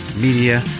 Media